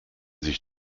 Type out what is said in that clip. sich